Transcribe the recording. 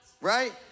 right